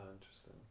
interesting